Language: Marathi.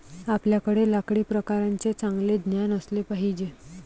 आपल्याकडे लाकडी प्रकारांचे चांगले ज्ञान असले पाहिजे